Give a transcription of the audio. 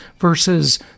versus